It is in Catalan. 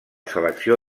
selecció